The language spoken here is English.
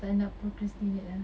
tak nak procrastinate ah